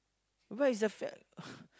where is the f~ uh